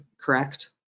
correct